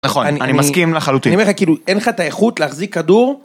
נכון, אני מסכים לחלוטין. אני אומר לך, כאילו, אין לך את האיכות להחזיק כדור...